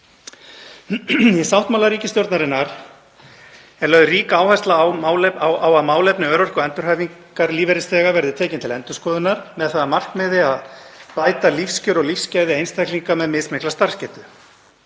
Í sáttmála ríkisstjórnarinnar er lögð rík áhersla á að málefni örorku- og endurhæfingarlífeyrisþega verði tekin til endurskoðunar með það að markmiði að bæta lífskjör og lífsgæði einstaklinga með mismikla starfsgetu.